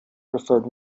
preferred